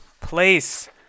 place